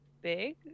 big